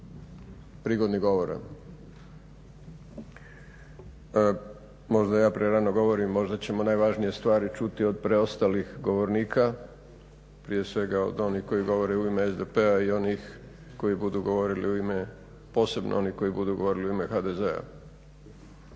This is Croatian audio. ritualu … govora. Možda ja prerano govorim, možda ćemo najvažnije stvari čuti od preostalih govornika, prije svega od onih koji govore u ime SDP-a i onih koji budu govorili u ime, posebno oni koji budu govorili u ime HDZ-a.